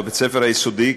בבית-הספר היסודי,